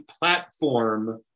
platform